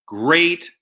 great